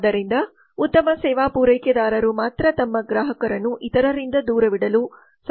ಆದ್ದರಿಂದ ಉತ್ತಮ ಸೇವಾ ಪೂರೈಕೆದಾರರು ಮಾತ್ರ ತಮ್ಮ ಗ್ರಾಹಕರನ್ನು ಇತರರಿಂದ ದೂರವಿಡಲು ಸಾಧ್ಯವಾಗುತ್ತದೆ